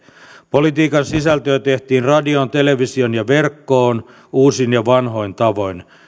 politiikan sisältöjä tehtiin radioon televisioon ja verkkoon uusin ja vanhoin tavoin